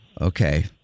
Okay